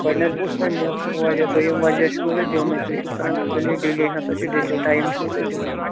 گۄڈٕنیٚتھ دُیٚتوٕ تۄہہِ موسمُک وَجہ دوٚیِم وَجہ چھُنہٕ تُہۍ دِوانٕے تُہۍ چھِو کَران خٲلی ڈِلیے ہَسا چھُ ڈِلیے ٹایِم چھُو نہٕ تُہۍ دِوانٕے